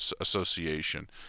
association